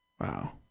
Wow